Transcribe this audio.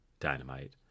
dynamite